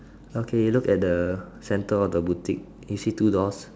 okay look at the center of the boutique did you see two doors